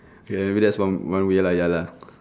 okay maybe that's one one way ya lah